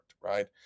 right